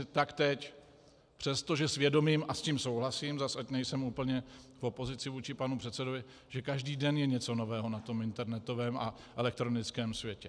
Tak teď, přestože s vědomím, a s tím souhlasím, ať zase nejsem úplně v opozici vůči panu předsedovi, že každý den je něco nového na tom internetovém a elektronickém světě.